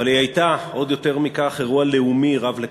אבל היא עוד יותר מכך אירוע לאומי רב-לקחים,